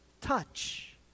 touch